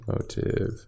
Motive